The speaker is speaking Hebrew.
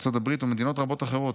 ארצות הברית ומדינות רבות אחרות.